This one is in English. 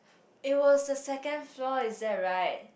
it was a second floor is that right